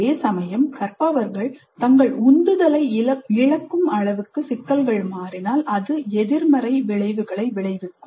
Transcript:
அதே சமயம் கற்பவர்கள் தங்கள் உந்துதலை இழக்கும் அளவுக்கு சிக்கல்கள் மாறினால் அது எதிர்மறை விளைவுகளை விளைவிக்கும்